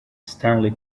stanley